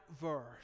verse